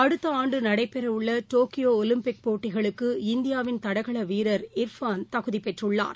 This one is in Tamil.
அடுத்தஆண்டுநடைபெறவுள்ளடோக்கியோஒலிம்பிக் போட்டிகளுக்கு இந்தியாவின் தடகளவீரர் இர்ஃபான் தகுதிபெற்றுள்ளார்